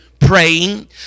praying